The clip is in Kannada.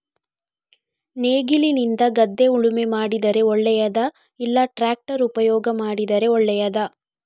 ನೇಗಿಲಿನಿಂದ ಗದ್ದೆ ಉಳುಮೆ ಮಾಡಿದರೆ ಒಳ್ಳೆಯದಾ ಇಲ್ಲ ಟ್ರ್ಯಾಕ್ಟರ್ ಉಪಯೋಗ ಮಾಡಿದರೆ ಒಳ್ಳೆಯದಾ?